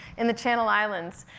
in the channel islands,